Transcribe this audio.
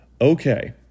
Okay